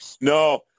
No